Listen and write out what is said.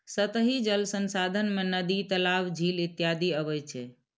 सतही जल संसाधन मे नदी, तालाब, झील इत्यादि अबै छै